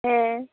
ᱦᱮᱸ